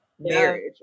marriage